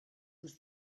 was